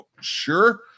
Sure